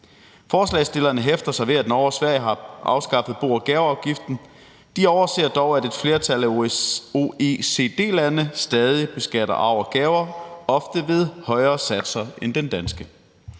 Forslagsstillerne hæfter sig ved, at Norge og Sverige har afskaffet bo- og gaveafgiften; de overser dog, at et flertal af OECD-lande stadig beskatter arv og gaver, ofte ved højere satser end den danske.